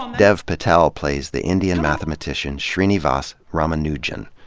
dev patel plays the indian mathematician srinivasa ramanujan,